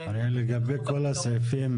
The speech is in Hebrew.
הרי לגבי כל הסעיפים,